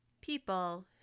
people